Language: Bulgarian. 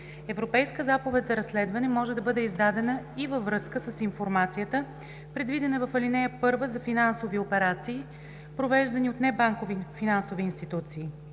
Европейска заповед за разследване може да бъде издадена и във връзка с информацията, предвидена в ал. 1 за финансови операции, провеждани от небанкови финансови институции.